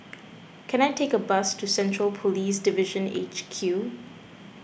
can I take a bus to Central Police Division H Q